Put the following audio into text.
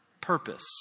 purpose